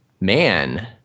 man